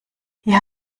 hier